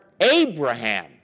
Abraham